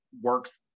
works